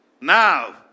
Now